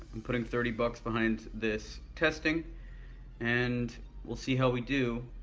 i'm putting thirty bucks behind this testing and we'll see how we do.